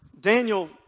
Daniel